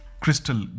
Crystal